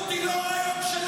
אחריות שלכם,